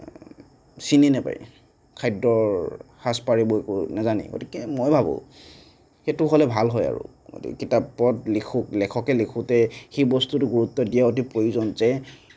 চিনি নাপায় খাদ্যৰ সাজ পাৰ এইবোৰ একো নাজানেই গতিকে মই ভাবোঁ সেইটো হ'লে ভাল হয় আৰু কিতাপত লেখকে লিখোঁতে সেই বস্তুতো গুৰুত্ব দিয়া অতি প্ৰয়োজন যে